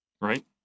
right